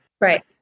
Right